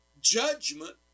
judgment